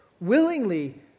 willingly